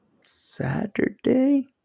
Saturday